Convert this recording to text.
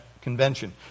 Convention